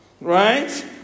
Right